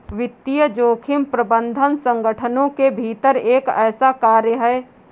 वित्तीय जोखिम प्रबंधन संगठनों के भीतर एक ऐसा कार्य है